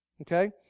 Okay